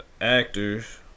actors